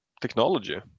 technology